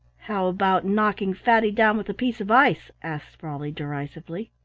how about knocking fatty down with a piece of ice? asked sprawley, derisively.